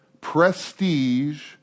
prestige